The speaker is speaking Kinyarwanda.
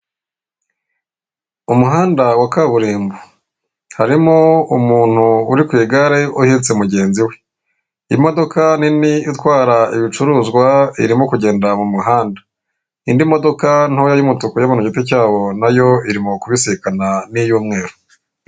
Umuhanda wa kaburimbo, harimo umuntu uri ku igare uhetse mugenzi we. Imodoka nini itwara ibicuruzwa irimo kugenda mu muhanda. Indi modoka ntoya y'umutuku y'abantu ku giti cyabo, na yo irimo kubisikana n'iy'umweru.